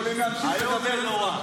איום ונורא.